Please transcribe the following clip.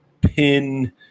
pin